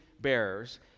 bearers